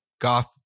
goth